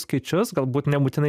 skaičius galbūt nebūtinai